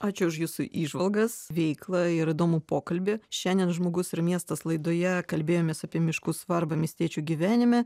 ačiū už jūsų įžvalgas veiklą ir įdomų pokalbį šiandien žmogus ir miestas laidoje kalbėjomės apie miškų svarbą miestiečių gyvenime